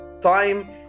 time